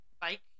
bike